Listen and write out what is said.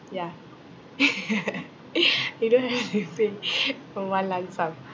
ya you don't have to pay for one lump sum